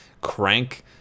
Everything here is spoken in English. crank